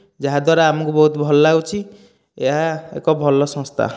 ଯାହାଦ୍ୱାରା ଆମକୁ ବହୁତ ଭଲ ଲାଗୁଛି ଏହା ଏକ ଭଲ ସଂସ୍ଥା